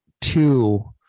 two